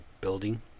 building